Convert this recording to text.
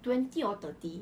twenty or thirty